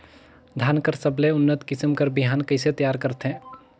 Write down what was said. धान कर सबले उन्नत किसम कर बिहान कइसे तियार करथे?